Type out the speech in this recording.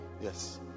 Yes